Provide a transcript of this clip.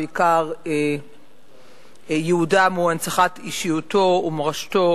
ועיקר ייעודם הוא הנצחת אישיותו ומורשתו